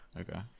Okay